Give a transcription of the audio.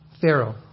Pharaoh